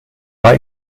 war